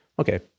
Okay